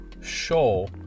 show